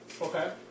Okay